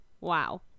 Wow